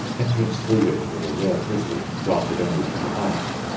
entrance through which was a rare privilege granted only to the highest.